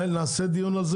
אנחנו נעשה על זה דיון.